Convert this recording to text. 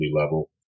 level